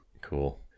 Cool